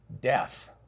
death